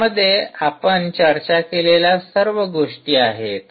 यामध्ये आपण चर्चा केलेल्या सर्व गोष्टी आहेत